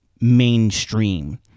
mainstream